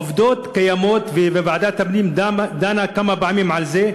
העובדות קיימות, וועדת הפנים דנה כמה פעמים על זה.